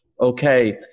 Okay